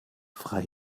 frei